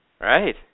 Right